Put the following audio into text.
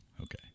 Okay